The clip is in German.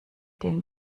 den